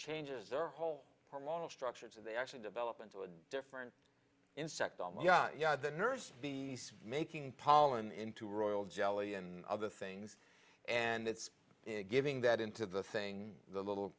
changes their whole a lot of structures and they actually develop into a different insect on the yeah yeah the nurse be making pollen into royal jelly and other things and it's giving that into the thing the little